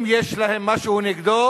אם יש להם משהו נגדו,